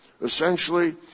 Essentially